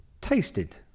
tasted